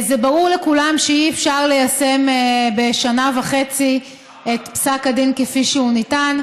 ברור לכולם שאי-אפשר ליישם בשנה וחצי את פסק הדין כפי שהוא ניתן,